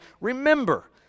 remember